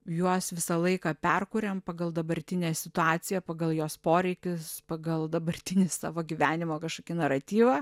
juos visą laiką perkuriam pagal dabartinę situaciją pagal jos poreikius pagal dabartinį savo gyvenimo kažkokį naratyvą